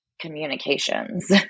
communications